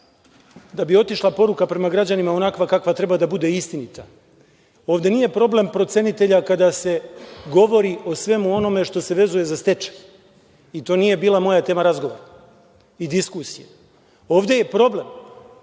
da bi otišla poruka prema građanima onakva kakva treba da bude, istinita, ovde nije problem procenitelja kada se govori o svemu onome što se vezuje za stečaj, i to nije bila moja tema razgovora i diskusije. Ovde je problem